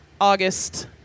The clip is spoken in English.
August